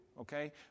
okay